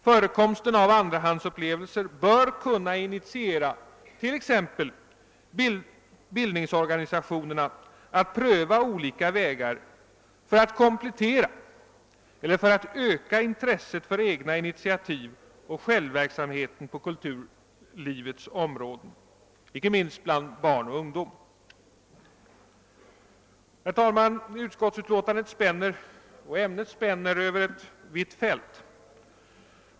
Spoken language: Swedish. Förekomsten av andrahandsupplevelser bör kunna initiera t.ex. bildningsorganisationerna att pröva olika vägar för att komplettera eller för att öka intresset för egna initiativ och självverksamhet på kulturlivets områden, icke minst bland barn och ungdom. Utskottsutlåtandet och ämnet spänner över ett vitt fält.